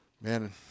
Man